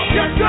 Yes